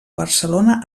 barcelona